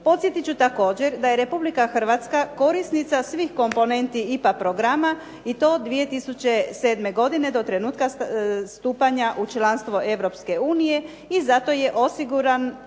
Podsjetit ću također da je Republika Hrvatska korisnica svih komponenti IPA programa i to od 2007. godine do trenutka stupanja u članstvo Europske unije i zato je osiguran